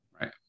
Right